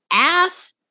Ass